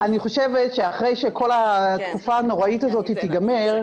אני חושבת שאחרי שכל התקופה הנוראית הזאת תיגמר,